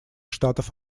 штатов